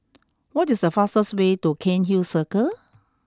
what is the fastest way to Cairnhill Circle